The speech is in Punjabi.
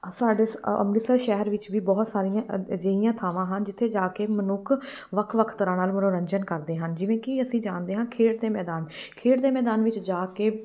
ਸਾਡੇ ਸ ਅੰਮ੍ਰਿਤਸਰ ਸ਼ਹਿਰ ਵਿੱਚ ਵੀ ਬਹੁਤ ਸਾਰੀਆਂ ਅਜਿਹੀਆਂ ਥਾਵਾਂ ਹਨ ਜਿੱਥੇ ਜਾ ਕੇ ਮਨੁੱਖ ਵੱਖ ਵੱਖ ਤਰ੍ਹਾਂ ਨਾਲ ਮੰਨੋਰੰਜਨ ਕਰਦੇ ਹਨ ਜਿਵੇਂ ਕਿ ਅਸੀਂ ਜਾਣਦੇ ਹਾਂ ਖੇਡ ਦੇ ਮੈਦਾਨ ਖੇਡ ਦੇ ਮੈਦਾਨ ਵਿੱਚ ਜਾ ਕੇ